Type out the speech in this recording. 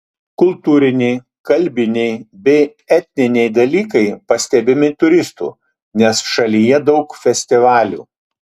kultūriniai kalbiniai bei etniniai dalykai pastebimi turistų nes šalyje daug festivalių